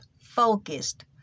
focused